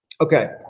Okay